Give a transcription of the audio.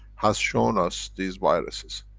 has shown us these viruses.